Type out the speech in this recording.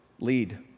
Lead